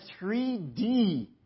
3D